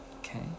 okay